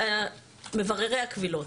מבררי הקבילות.